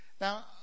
Now